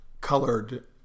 colored